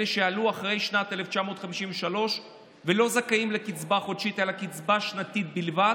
אלה שעלו אחרי שנת 1953 ולא זכאים לקצבה חודשית אלא לקצבה שנתית בלבד,